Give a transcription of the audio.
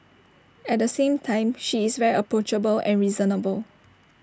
at the same time she is very approachable and reasonable